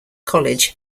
college